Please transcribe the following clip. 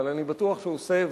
אבל אני בטוח שהוא עושה,